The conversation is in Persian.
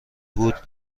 بود